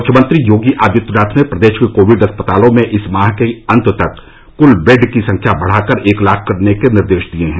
मुख्यमंत्री योगी आदित्यनाथ ने प्रदेश के कोविड अस्पतालों में इस माह के अंत तक कुल बेड की संख्या बढ़ाकर एक लाख करने के निर्देश दिए हैं